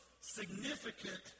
significant